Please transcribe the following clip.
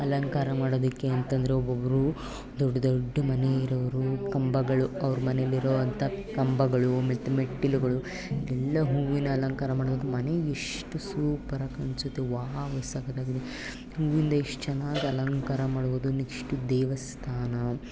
ಅಲಂಕಾರ ಮಾಡೋದಕ್ಕೆ ಅಂತಂದರೆ ಒಬ್ಬೊಬ್ಬರು ದೊಡ್ಡ ದೊಡ್ಡ ಮನೆ ಇರೋವ್ರು ಕಂಬಗಳು ಅವ್ರ ಮನೆಲ್ಲಿರೋವಂಥ ಕಂಬಗಳು ಮತ್ತು ಮೆಟ್ಟಿಲುಗಳು ಎಲ್ಲ ಹೂವಿನ ಅಲಂಕಾರ ಮಾಡಿದಾಗ ಮನೆ ಎಷ್ಟು ಸೂಪರಾಗಿ ಕಾಣಿಸುತ್ತೆ ವಾವ್ ಎಷ್ಟ್ ಸಕತ್ತಾಗಿದೆ ಹೂವಿಂದ ಎಷ್ಟು ಚೆನ್ನಾಗಿ ಅಲಂಕಾರ ಮಾಡ್ಬೌದು ನೆಕ್ಷ್ಟು ದೇವಸ್ಥಾನ